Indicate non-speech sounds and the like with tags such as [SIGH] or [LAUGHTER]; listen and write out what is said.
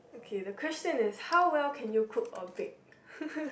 okay the question is how well can you cook or bake [LAUGHS]